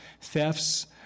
thefts